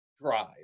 drive